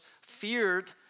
feared